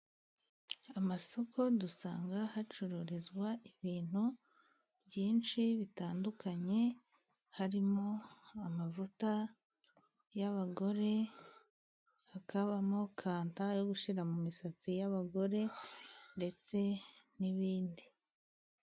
Amasoko dusanga hacururizwa ibintu byinshi bitandukanye, harimo amavuta y'abagore, hakabamo kanta yo gushyira mu misatsi y'abagore, ndetse n'ibindi.